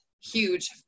huge